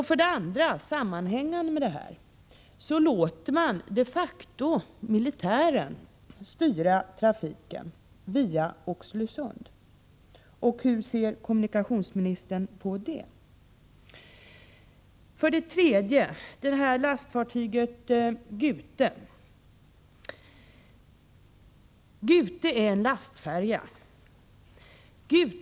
För det andra låter man de facto militären styra trafiken via Oxelösund. Hur ser kommunikationsministern på det? För det tredje är fartyget Gute en lastfärja.